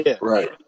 right